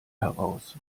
heraus